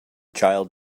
child